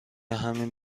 همین